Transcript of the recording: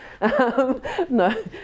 no